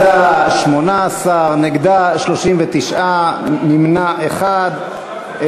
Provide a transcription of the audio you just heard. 18, נגדה, 39, נמנע אחד.